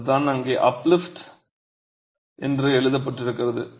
அதுதான் அங்கே அப்லிஃப்ட் என்று எழுதப்பட்டிருக்கிறது